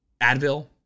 Advil